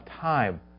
time